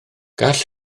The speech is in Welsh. gall